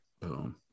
Boom